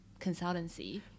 consultancy